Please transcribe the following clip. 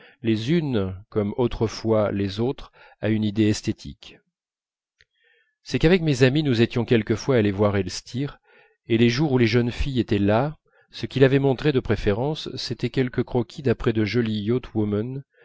les unes comme autrefois les autres à une idée esthétique c'est qu'avec mes amies nous étions quelquefois allés voir elstir et les jours où les jeunes filles étaient là ce qu'il avait montré de préférence c'était quelques croquis d'après de jolies yachtswomen